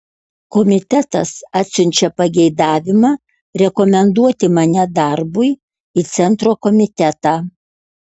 komitetas atsiunčia pageidavimą rekomenduoti mane darbui į centro komitetą